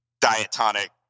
diatonic